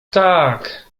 tak